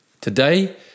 Today